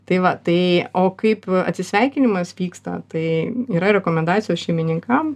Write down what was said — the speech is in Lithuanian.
tai va tai o kaip atsisveikinimas vyksta tai yra rekomendacijos šeimininkam